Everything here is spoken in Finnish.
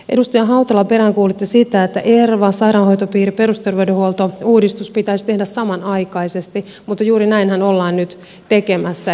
edustaja hautala peräänkuulutti sitä että erva sairaanhoitopiiri perusterveydenhuoltouudistus pitäisi tehdä samanaikaisesti mutta juuri näinhän ollaan nyt tekemässä